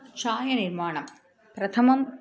चायनिर्माणं प्रथमम्